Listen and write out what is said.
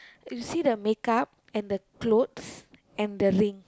you see the make up and the clothes and the ring